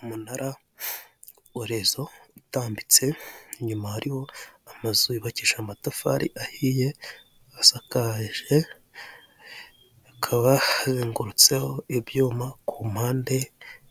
Umunara wa rezo utambitse, inyuma hariho amazu yubakisha amatafari ahiye asakaje, hakaba hazengurutseho ibyuma ku mpande,